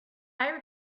fire